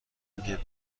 میگه